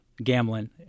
Gambling